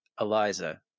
eliza